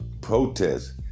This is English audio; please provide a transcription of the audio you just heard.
protest